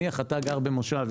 אתה גר במושב,